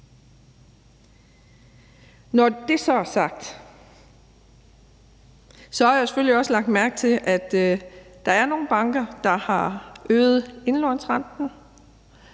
Når det så er sagt, har jeg selvfølgelig også lagt mærke til, at der er nogle banker, der har øget indlånsrenten.